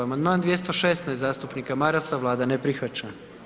Amandman 216. zastupnika Marasa, Vlada ne prihvaća.